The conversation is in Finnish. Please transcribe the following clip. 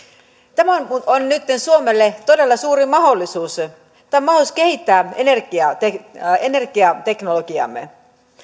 tämä on nytten suomelle todella suuri mahdollisuus tämä on mahdollisuus kehittää energiateknologiaamme